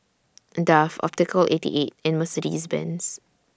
Dove Optical eighty eight and Mercedes Benz